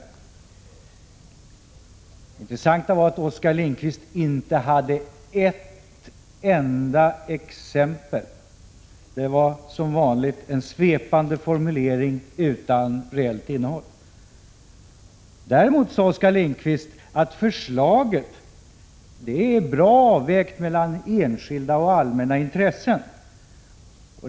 Det intressanta var att Oskar Lindkvist inte hade ett enda exempel — det var som vanligt bara svepande formuleringar utan reellt innehåll. Däremot sade Oskar Lindkvist att förslaget är väl avvägt mellan enskilda och allmänna intressen.